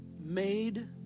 made